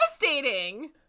devastating